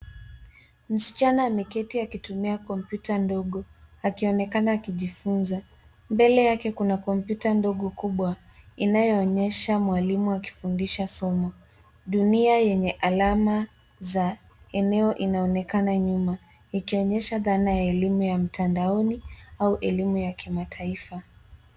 Msichana ameketi akitumia kompyuta ndogo, akionekana akijifunza. Mbele yake kuna kompyuta ndogo kubwa, inayoonyesha mwalimu akifundisha somo. Dunia yenye alama za eneo inaonekana nyuma, ikionyesha dhana ya elimu ya mtandaoni au elimu ya kimataifa.